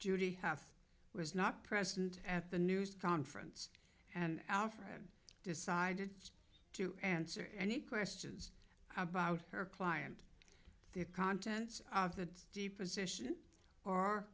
judy half was not present at the news conference and our friend decided to answer any questions about her client the contents of that d position or